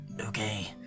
Okay